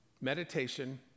Meditation